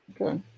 Okay